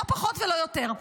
לא פחות ולא יותר.